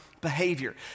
behavior